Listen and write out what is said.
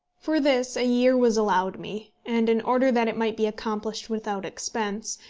for this a year was allowed me, and in order that it might be accomplished without expense,